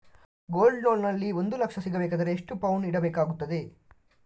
Gold loan ನಲ್ಲಿ ಒಂದು ಲಕ್ಷ ಸಿಗಬೇಕಾದರೆ ಎಷ್ಟು ಪೌನು ಇಡಬೇಕಾಗುತ್ತದೆ?